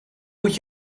moet